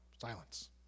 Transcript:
Silence